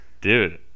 Dude